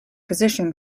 position